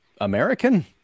American